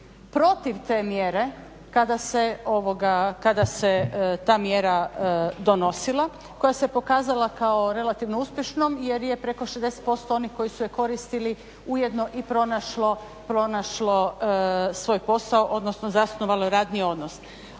protiv te mjere kada se ta mjera donosila koja se pokazala kao relativno uspješnom jer je preko 60% onih koji su je koristili ujedno i pronašlo svoj posao odnosno zasnovalo je radni odnos.